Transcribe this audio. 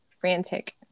frantic